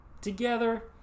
Together